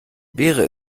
wäre